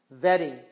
vetting